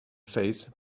phase